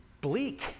bleak